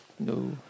No